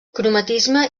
cromatisme